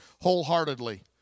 Wholeheartedly